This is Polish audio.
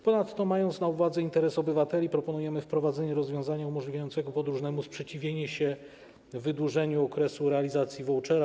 Ponadto mając na uwadze interes obywateli, proponujemy wprowadzenie rozwiązania umożliwiającego podróżnemu sprzeciwienie się wydłużeniu okresu realizacji vouchera.